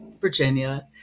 Virginia